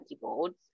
boards